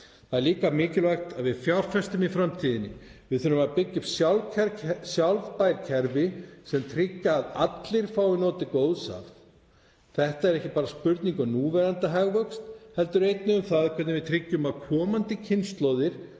Það er líka mikilvægt að við fjárfestum í framtíðinni. Við þurfum að byggja upp sjálfbær kerfi sem tryggja að allir fái notið góðs af þeim. Þetta er ekki bara spurning um núverandi hagvöxt heldur einnig um það hvernig við tryggjum að komandi kynslóðir